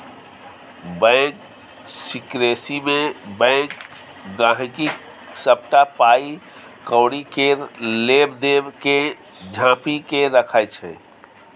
bank सिकरेसीमे bank गांहिकीक सबटा पाइ कौड़ी केर लेब देब केँ झांपि केँ राखय छै